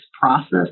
process